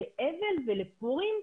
לאבל ולפורים?